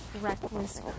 Reckless